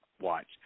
watch